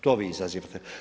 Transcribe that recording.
To vi izazivate.